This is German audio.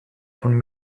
von